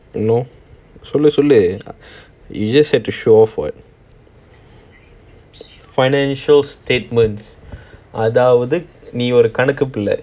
you know சொல்லு சொல்லு:sollu sollu you just had to show off [what] financial statements அதாவது நீ ஒரு கணக்கு பிள்ளை:athaawathu nee oru kanakku pilla